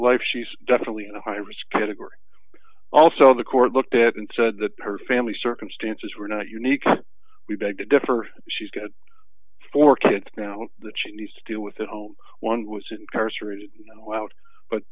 life she's definitely in a high risk category also the court looked at and said that her family circumstances were not unique we beg to differ she's got four kids now that she needs to deal with at home one was incarcerated